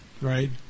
right